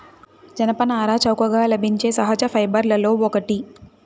జనపనార చౌకగా లభించే సహజ ఫైబర్లలో ఒకటి